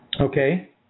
Okay